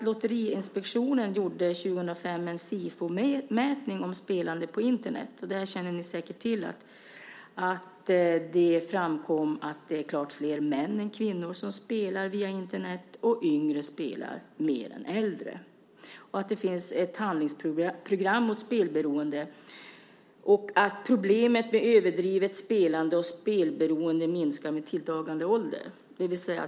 Lotteriinspektionen gjorde 2005 en Sifomätning om spelande på Internet. Ni känner säkert till att det framkom att det är klart flera män än kvinnor som spelar via Internet och att yngre spelar mer än äldre. Det finns ett handlingsprogram mot spelberoende. Problemet med överdrivet spelande och spelberoende minskar med tilltagande ålder.